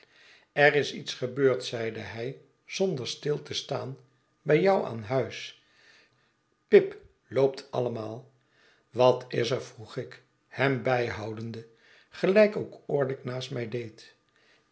er is iets gebeurd zeide hij zonder stil te staan bij jou aan huis pip loopt allemaal wat is er vroeg ik hem bijhoudende gelijk ook orlick naast mij deed